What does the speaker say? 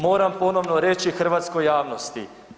Moram ponovno reći hrvatskoj javnosti.